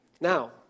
Now